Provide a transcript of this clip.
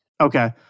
Okay